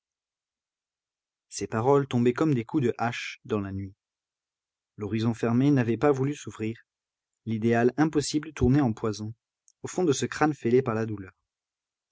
ses paroles tombaient comme des coups de hache dans la nuit l'horizon fermé n'avait pas voulu s'ouvrir l'idéal impossible tournait en poison au fond de ce crâne fêlé par la douleur